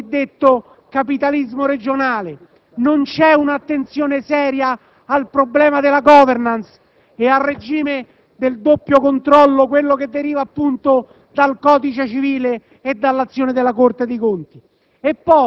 e al cosiddetto capitalismo regionale. Non c'è attenzione al serio problema della *govern**ance* e al regime del doppio controllo, che deriva dal codice civile e dall'azione della Corte dei conti.